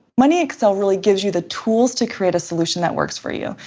money excel really gives you the tools to create a solution that works for you,